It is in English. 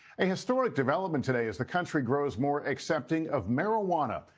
a historic development today as the country grows more accepting of marijuana.